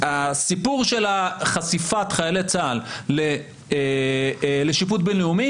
הסיפור של חשיפת חיילי צה"ל לשיפוט בין-לאומי